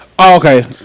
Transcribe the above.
Okay